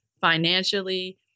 financially